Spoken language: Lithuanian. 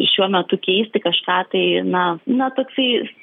šiuo metu keisti kažką tai na na toksai